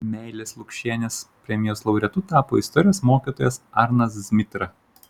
meilės lukšienės premijos laureatu tapo istorijos mokytojas arnas zmitra